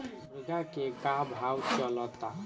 मुर्गा के का भाव चलता?